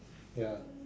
ya